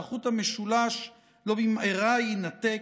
והחוט המשולש לא במהרה יינתק,